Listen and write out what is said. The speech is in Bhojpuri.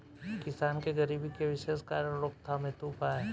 किसान के गरीबी के विशेष कारण रोकथाम हेतु उपाय?